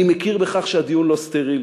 אני מכיר בכך שהדיון לא סטרילי.